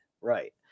right